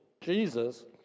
Jesus